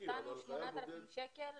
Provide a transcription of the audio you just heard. נתנו לו 8,000 שקלים